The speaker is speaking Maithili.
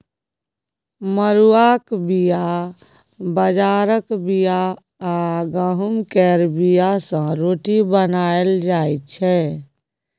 मरुआक बीया, बजराक बीया आ गहुँम केर बीया सँ रोटी बनाएल जाइ छै